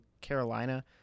Carolina